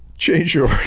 change yours.